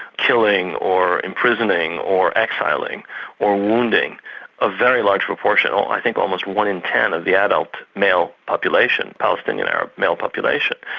killing or imprisoning or exiling or wounding a very large proportion, i think almost one in ten of the adult male population, palestinian arab male population.